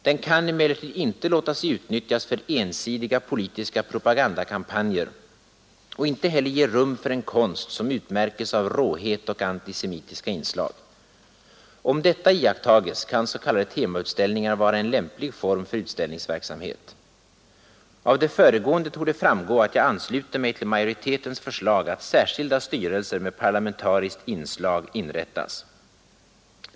Den kan emellertid inte låta sig utnyttjas för ensidiga politiska propagandakampanjer och inte heller ge rum för en konst som utmärkes av råhet och antisemitiska inslag. Om detta iakttages, kan s k temautställningar vara en lämplig form för utställningsverksamhet. Av det föregående torde framgå att jag ansluter mig till majoritetens förslag att särskilda styrelser med parlamentariskt inslag inrättas.